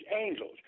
angels